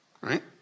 Right